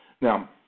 Now